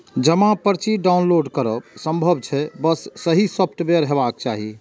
जमा पर्ची डॉउनलोड करब संभव छै, बस सही सॉफ्टवेयर हेबाक चाही